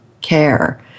care